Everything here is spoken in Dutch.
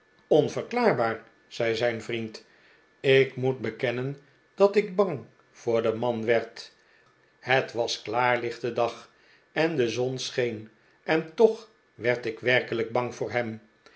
onverklaarbaar zei zijn vriend ik moet bekennen dat ik bang voor den man werd het was klaarlichte dag en de zon scheen en toch werd ik werkelijk bang voor hem